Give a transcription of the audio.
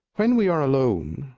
when we are alone,